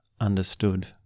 understood